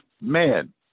Man